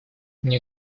мне